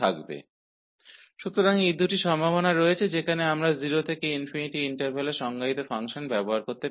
तो ये दो संभावनाएं हैं जहां हम अंतराल 0 से ∞ में परिभाषित फ़ंक्शन का उपयोग कर सकते हैं